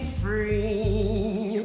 free